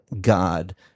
God